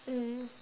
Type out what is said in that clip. mm